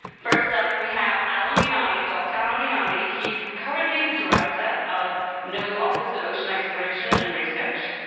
first up, we have alan leonardi, dr. alan leonardi. he's currently the director of noaa's office of ocean exploration and research.